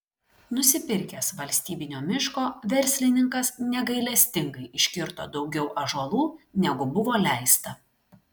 nusipirkęs valstybinio miško verslininkas negailestingai iškirto daugiau ąžuolų negu buvo leista